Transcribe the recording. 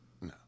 No